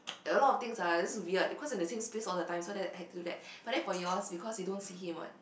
like a lot of things ah just weird because all the same space all the time so that I have to that but then for yours because you don't see him what